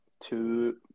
two